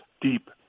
deep